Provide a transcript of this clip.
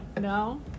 No